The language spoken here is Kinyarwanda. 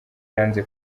yanze